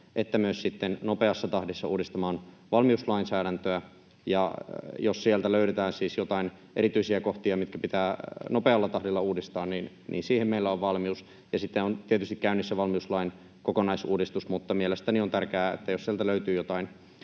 että myös sitten nopeassa tahdissa uudistamaan valmiuslainsäädäntöä. Ja jos sieltä siis löydetään jotain erityisiä kohtia, mitkä pitää nopealla tahdilla uudistaa, niin siihen meillä on valmius, ja sitten on tietysti käynnissä valmiuslain kokonaisuudistus. Mutta mielestäni on tärkeää, että jos sieltä löytyy joitain